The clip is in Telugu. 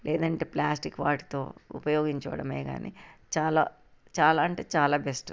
లేదంటే ప్లాస్టిక్ వాటితో ఉపయోగించడమే కానీ చాలా చాలా అంటే చాలా బెస్ట్